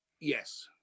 Yes